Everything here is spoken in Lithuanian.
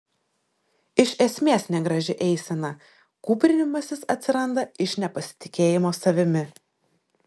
iš esmės negraži eisena kūprinimasis atsiranda iš nepasitikėjimo savimi